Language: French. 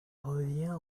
revient